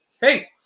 hey